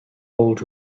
hold